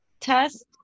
test